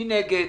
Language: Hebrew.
מי נגד?